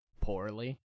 Poorly